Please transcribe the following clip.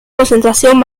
concentración